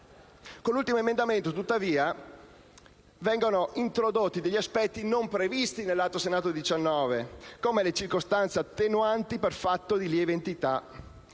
Con l'ultimo emendamento, tuttavia, vengono introdotti degli aspetti non previsti nell'Atto Senato 19 come le circostanze attenuanti per fatto di lieve entità,